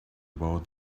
about